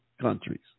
countries